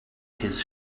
his